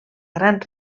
gran